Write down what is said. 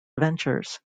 ventures